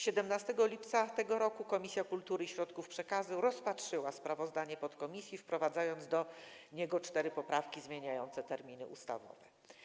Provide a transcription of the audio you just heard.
17 lipca tego roku Komisja Kultury i Środków Przekazu rozpatrzyła sprawozdanie podkomisji, wprowadzając do niego cztery poprawki zmieniające terminy ustawowe.